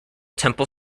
temple